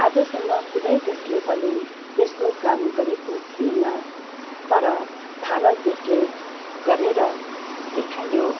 आजसम्म कुनै देशले पनि यस्तो काम गरेको थिएन तर भारत देशले गरेर देखायो